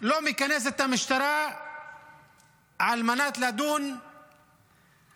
לא מכנס את המשטרה על מנת לדון במספרים,